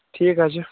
ٹھیٖک حظ چھِ